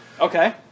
Okay